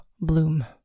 bloom